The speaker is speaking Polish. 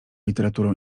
literaturą